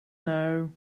know